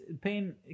pain